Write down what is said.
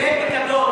זה פיקדון.